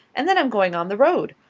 and then i'm going on the road.